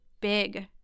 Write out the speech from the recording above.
big